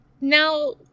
now